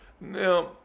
Now